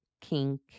kink